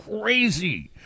crazy